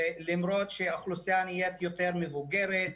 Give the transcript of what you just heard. למרות שהאוכלוסייה נהיית יותר מבוגרת,